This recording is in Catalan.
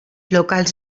locals